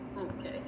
Okay